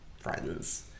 friends